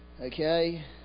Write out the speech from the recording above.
okay